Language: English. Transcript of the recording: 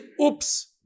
oops